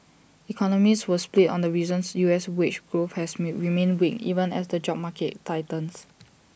economists were split on the reasons U S wage growth has mean remained weak even as the job market tightens